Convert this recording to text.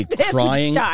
crying